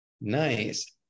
Nice